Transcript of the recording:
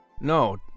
No